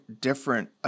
different